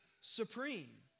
supreme